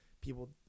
People